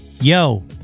yo